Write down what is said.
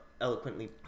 eloquently